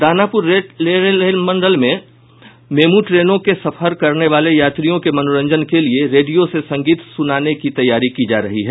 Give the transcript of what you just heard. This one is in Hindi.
दानापुर रेल मंडल में मेमू ट्रेनों से सफर करने वाले यात्रियों के मनोरंजन के लिए रेडियो से संगीत सुनाने की तैयारी की जा रही है